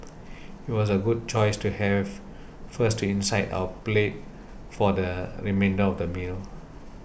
it was a good choice to have first to incite our palate for the remainder of the meal